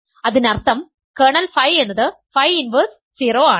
അതിനർത്ഥം kernel phi എന്നത് phi inverse 0 ആണ്